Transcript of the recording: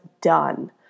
done